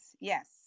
yes